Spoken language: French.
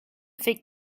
fait